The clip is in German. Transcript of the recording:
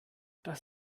das